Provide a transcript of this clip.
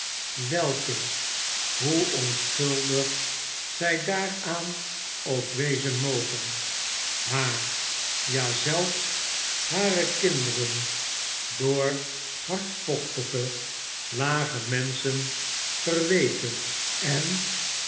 welke hoe onschuldig zij daaraan ook wezen moge haar ja zelfs hare kinderen door hardvochtige lage menschen verweten en